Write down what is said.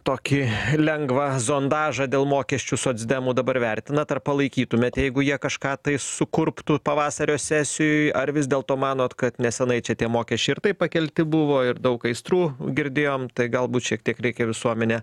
tokį lengvą zondažą dėl mokesčių socdemų dabar vertinat ar palaikytumėt jeigu jie kažką tai sukurptų pavasario sesijoj ar vis dėlto manot kad nesenai čia tie mokesčiai ir taip pakelti buvo ir daug aistrų girdėjom tai galbūt šiek tiek reikia visuomenę